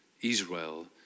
Israel